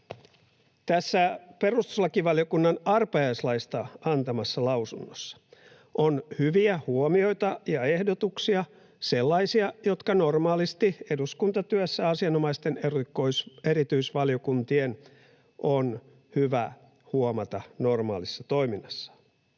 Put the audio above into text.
Tässä perustuslakivaliokunnan arpajaislaista antamassa lausunnossa on hyviä huomioita ja ehdotuksia, sellaisia, jotka normaalisti eduskuntatyössä asianomaisten erityisvaliokuntien on hyvä huomata normaalissa toiminnassa.